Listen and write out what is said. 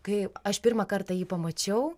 kai aš pirmą kartą jį pamačiau